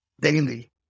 daily